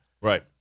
Right